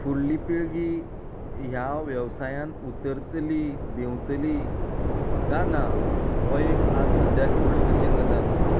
फुडली पिळगी ह्या वेवसायान उतरतली देंवतली गा ना वो एक आज सद्द्याक प्रश्नचिन्न जावन आसा